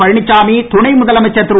பழனிச்சாமி துணை முதலமைச்சர் திரு